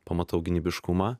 pamatau gynybiškumą